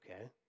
okay